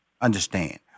understand